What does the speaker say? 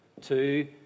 two